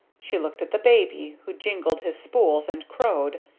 she looked at the baby who jiggled his spools and crowed.